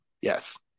Yes